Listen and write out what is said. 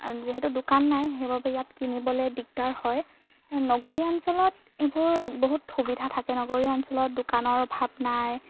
আৰু যিহেতু দোকান নাই সেইবাবে ইয়াত কিনিবলৈ দিগদাৰ হয় আৰু নগৰীয়া অঞ্চলত এইবোৰ বহুত সুবিধা থাকে নগৰীয়া অঞ্চলত দোকানৰ অভাৱ নাই